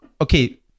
okay